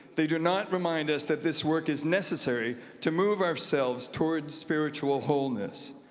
they do not remind us that this work is necessary to move ourselves towards spiritual wholeness.